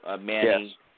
Manny